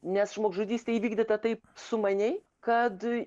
nes žmogžudystė įvykdyta taip sumaniai kad